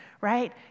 right